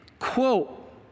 quote